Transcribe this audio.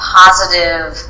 positive